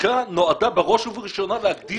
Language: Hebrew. החקיקה נועדה בראש ובראשונה להגדיר את גבולות גזרה.